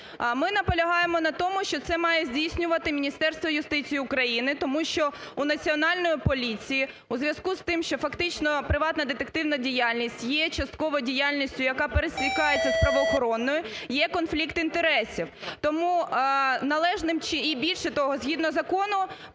Ми наполягаємо на тому, що це має здійснювати Міністерство юстиції України тому що у Національної поліції у зв’язку з тим, що фактично приватна детективна діяльність є частково діяльністю, яка пересікається з правоохоронною, є конфлікт інтересів. Тому належним... І більше того, згідно Закону